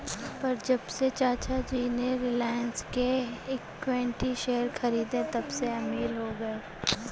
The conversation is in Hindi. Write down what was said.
पर जब से चाचा जी ने रिलायंस के इक्विटी शेयर खरीदें तबसे अमीर हो गए